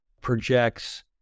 projects